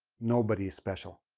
nobody is special.